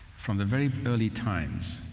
from the very early times,